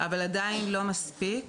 אבל עדיין לא מספיק.